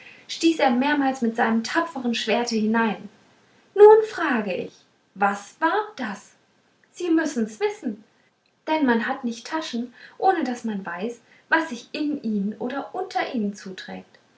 stieß er mehrmals mit seinem tapfern schwerte hinein nun frage ich was war das sie müssen's wissen denn man hat nicht taschen ohne daß man weiß was sich in ihnen oder unter ihnen zuträgt